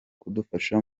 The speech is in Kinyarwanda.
kudufasha